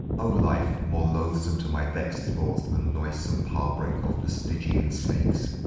o life, more loathsome to my vexed thoughts than noisome parbreak of the stygian snakes,